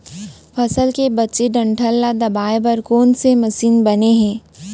फसल के बचे डंठल ल दबाये बर कोन से मशीन बने हे?